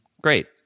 Great